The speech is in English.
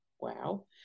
wow